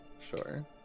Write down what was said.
Sure